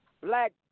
black